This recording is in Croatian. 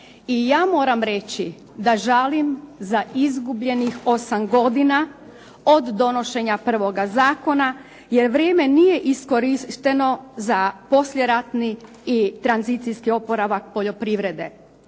I ja moram reći da žalim za izgubljenih osam godina od donošenja prvoga zakona, jer vrijeme nije iskorišteno za poslijeratni i tranzicijski oporavak poljoprivrede.